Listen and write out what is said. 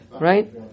right